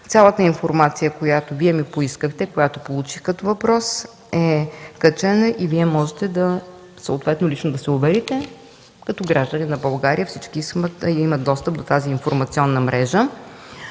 цялата информация, която Вие ми поискахте, която получих като въпрос е качена и Вие можете, съответно лично, да се уверите като гражданин на България. Всички имат достъп до тази информационна мрежа.